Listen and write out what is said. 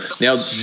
Now